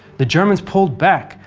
the germans pulled back,